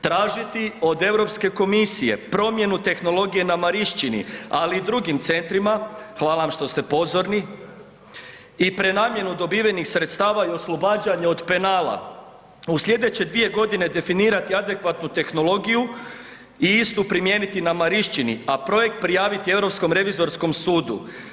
Tražiti od Europske komisije promjenu tehnologije na Marišćini, ali i drugim centrima, hvala vam što ste pozorni, i prenamjenu dobivenih sredstava i oslobađanje od penala, a u slijedeće 2.g. definirati adekvatnu tehnologiju i istu primijeniti na Marišćini, a projekt prijaviti Europskom revizorskom sudu.